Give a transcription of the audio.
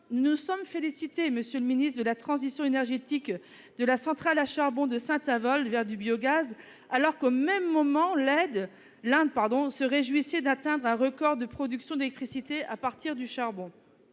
Nous sommes félicités, monsieur le ministre, de la transition énergétique de la centrale à charbon de Saint-Avold vers du biogaz, alors qu'au même moment l'aide, l'Inde pardon, serait juissée d'atteindre un record de production d'électricité à partir du charbon.